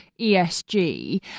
ESG